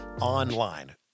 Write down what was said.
online